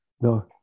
no